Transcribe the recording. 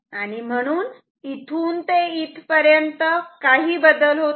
आणि म्हणून इथून ते इथेपर्यंत काही बदल होत नाही